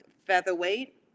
Featherweight